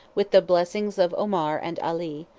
with the blessings of omar and ali,